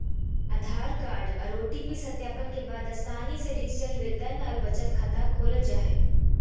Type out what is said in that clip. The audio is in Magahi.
आधार कार्ड आर ओ.टी.पी सत्यापन के बाद आसानी से डिजिटल वेतन आर बचत खाता खोलल जा हय